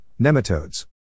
Nematodes